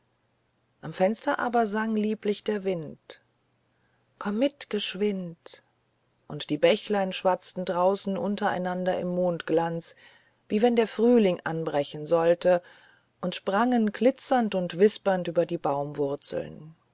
am fenster aber sang lieblich der wind komm mit geschwind und die bächlein schwatzten draußen untereinander im mondglanz wie wenn der frühling anbrechen sollte und sprangen glitzernd und wispernd über die